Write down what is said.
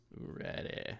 Ready